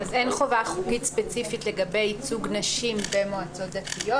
אין חובה חוקית ספציפית לגבי ייצוג נשים במועצות דתיות.